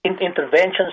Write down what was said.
interventions